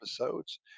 episodes